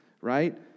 right